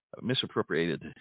Misappropriated